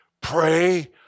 Pray